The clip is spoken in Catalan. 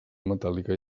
metàl·lica